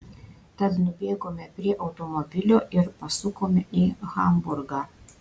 tad nubėgome prie automobilio ir pasukom į hamburgą